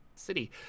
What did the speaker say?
city